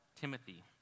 Timothy